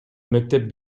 мектеп